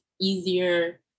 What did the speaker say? easier